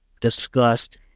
discussed